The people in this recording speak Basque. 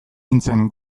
nintzen